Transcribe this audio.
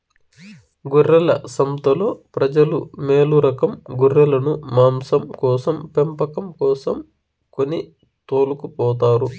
గొర్రెల సంతలో ప్రజలు మేలురకం గొర్రెలను మాంసం కోసం పెంపకం కోసం కొని తోలుకుపోతారు